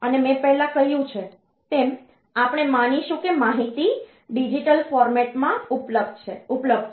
અને મેં પહેલા કહ્યું છે તેમઆપણે માનીશું કે માહિતી ડિજિટલ ફોર્મેટ માં ઉપલબ્ધ છે